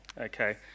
Okay